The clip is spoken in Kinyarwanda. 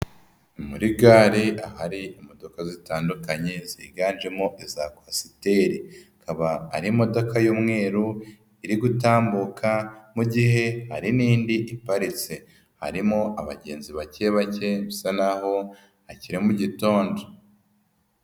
Muri gare ahari imodoka zitandukanye ziganjemo iza kwasiteri, ikaba ari imodoka y'umweru iri gutambuka mu gihe hari n'indi iparitse, harimo abagenzi bake bake bisa n'aho hakiri mu gitondo.